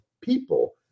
people